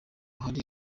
hari